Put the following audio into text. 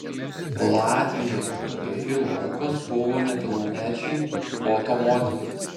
latvijoje pedofilų aukos buvo nepilnamečiai foto modeliai